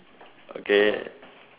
okay